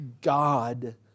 god